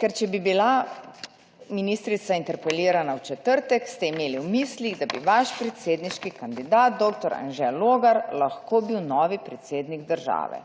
ker če bi bila ministrica interpelirana v četrtek, ste imeli v mislih, da bi vaš predsedniški kandidat dr. Anže Logar lahko bil novi predsednik države.